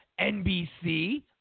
NBC